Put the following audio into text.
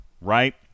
Right